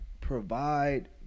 provide